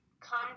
come